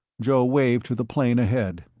joe waved to the plane ahead.